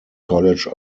college